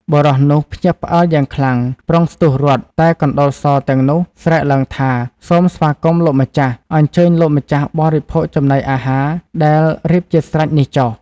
បុរសនោះភ្ញាក់ផ្អើលយ៉ាងខ្លាំង ប្រុងស្ទុះរត់ តែកណ្តុរសទាំងនោះស្រែកឡើងថា សូមស្វាគមន៍លោក ម្ចាស់ !អញ្ជើញលោកម្ចាស់បរិភោគចំណីអាហារដែល រៀបជាស្រេចនេះចុះ ។